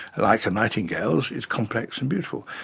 like a nightingale's, is complex and beautiful.